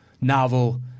novel